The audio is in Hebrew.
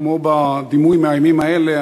כמו בדימוי מהימים האלה,